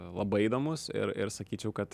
labai įdomus ir ir sakyčiau kad